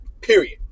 Period